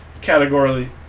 categorically